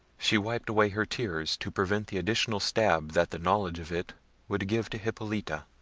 she wiped away her tears to prevent the additional stab that the knowledge of it would give to hippolita,